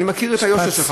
אני מכיר את היושר שלך,